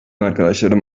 arkadaşlarım